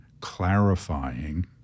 clarifying